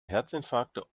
herzinfarkte